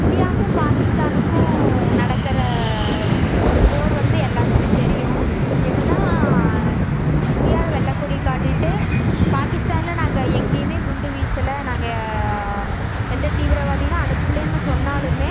இந்தியாவுக்கும் பாகிஸ்தானுக்கும் நடக்கிற ஒரு போர் வந்து எல்லாருக்குமே தெரியும் என்னென்னால் இந்தியாவில் வெள்ளை கொடி காட்டிவிட்டு பாகிஸ்தானில் நாங்கள் எங்கேயுமே குண்டு வீசலை நாங்கள் எந்த தீவிரவாதிகளும் அனுப்புலேன்னு சொன்னாலும்